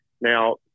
Now